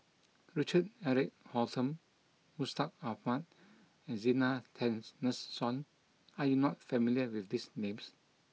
Richard Eric Holttum Mustaq Ahmad and Zena Tessensohn are you not familiar with these names